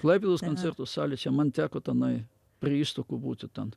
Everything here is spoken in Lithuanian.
klaipėdos koncertų salė čia man teko tenai prie ištakų būti ten